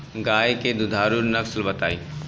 गाय के दुधारू नसल बताई?